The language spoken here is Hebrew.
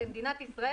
עדיפות.